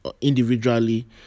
individually